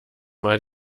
mal